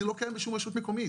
זה לא קיים בשום רשות מקומית,